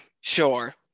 sure